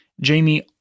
Jamie